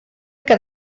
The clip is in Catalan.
que